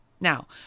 Now